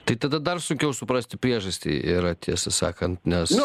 tai tada dar sunkiau suprasti priežastį yra tiesą sakant nes